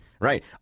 Right